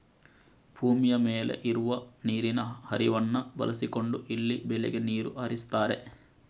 ಭೂಮಿಯ ಮೇಲೆ ಇರುವ ನೀರಿನ ಹರಿವನ್ನ ಬಳಸಿಕೊಂಡು ಇಲ್ಲಿ ಬೆಳೆಗೆ ನೀರು ಹರಿಸ್ತಾರೆ